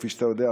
כפי שאתה יודע,